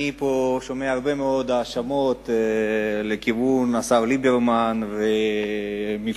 אני פה שומע הרבה האשמות לכיוון השר ליברמן ומפלגתו,